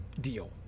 deal